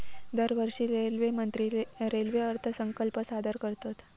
दरवर्षी रेल्वेमंत्री रेल्वे अर्थसंकल्प सादर करतत